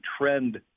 trend